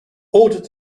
ordered